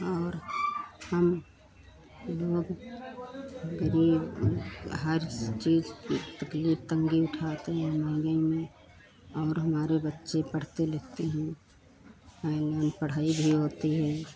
और हम हम लोग हर चीज़ की तकलीफ तंगी उठाते हैं महँगाई में और हमारे बच्चे पढ़ते लिखते हैं हैं ना पढ़ाई भी होती है